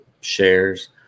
shares